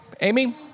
Amy